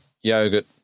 yogurt